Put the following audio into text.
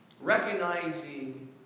Recognizing